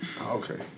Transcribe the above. Okay